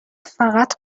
فقط